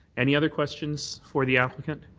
any other questions for the applicant?